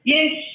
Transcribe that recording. Yes